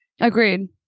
Agreed